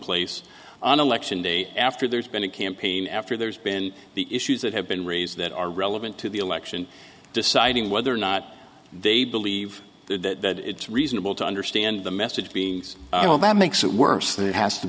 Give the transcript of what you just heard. day after there's been a campaign after there's been the issues that have been raised that are relevant to the election deciding whether or not they believe that it's reasonable to understand the message beings that makes it worse than it has to